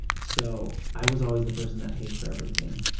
so, i was always the person that paid for everything,